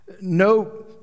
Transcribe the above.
No